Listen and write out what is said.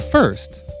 First